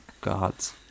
gods